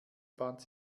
fand